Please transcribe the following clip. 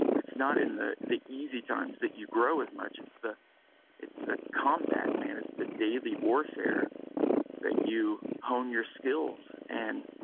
it's not in the the easy times that you grow as much. it's the it's a combat man. it's the daily warfare that you hone your skills. and